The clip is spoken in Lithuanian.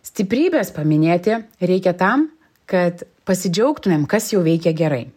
stiprybės paminėti reikia tam kad pasidžiaugtumėm kas jau veikia gerai